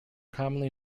commonly